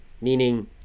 meaning